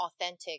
authentic